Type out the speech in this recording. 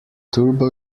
turbo